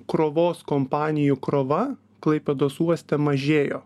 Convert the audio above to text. krovos kompanijų krova klaipėdos uoste mažėjo